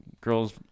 girl's